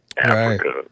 Africa